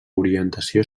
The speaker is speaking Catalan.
orientació